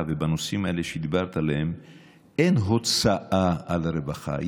ובנושאים האלה שדיברת עליהם אין הוצאה על רווחה,